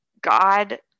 God